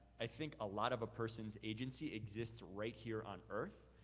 i think a lot of a person's agency exists right here on earth,